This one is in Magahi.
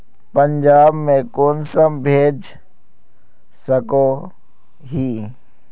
पंजाब में कुंसम भेज सकोही?